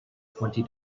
twenty